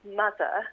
mother